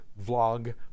vlog